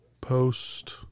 post